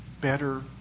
better